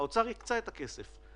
האוצר הקצה את הכסף,